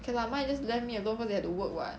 okay lah mine just let me alone because they have to work [what]